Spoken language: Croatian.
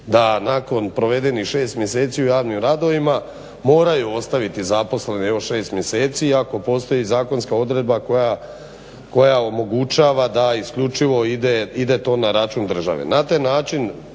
da nakon provedenih 6 mjeseci u javnim radovima moraju ostaviti zaposlene još 6 mjeseci iako postoji zakonska odredba koja omogućava da isključivo ide to na račun države.